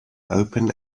open